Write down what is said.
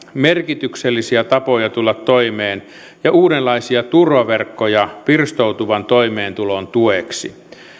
merkityksellisiä tapoja tulla toimeen ja uudenlaisia turvaverkkoja pirstoutuvan toimeentulon tueksi